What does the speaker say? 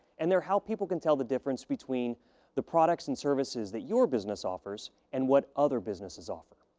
and they're how people can tell the difference between the products and services that your business offers and what other businesses offer.